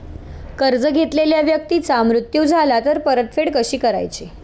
कर्ज घेतलेल्या व्यक्तीचा मृत्यू झाला तर परतफेड कशी करायची?